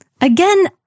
Again